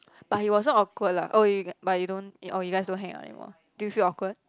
but he wasn't awkward lah oh you but you don't oh you all don't hang out anymore do you feel awkward